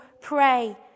pray